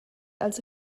als